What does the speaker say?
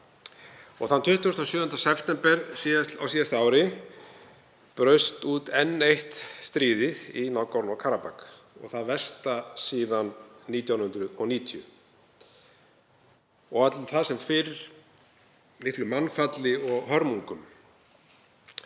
Þann 27. september á síðasta ári braust út enn eitt stríðið í Nagorno-Karabakh, það versta síðan 1990, og olli það sem fyrr miklu mannfalli og hörmungum.